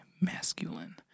masculine